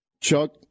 Chuck